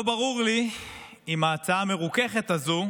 לא ברור לי אם ההצעה המרוככת הזו